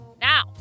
Now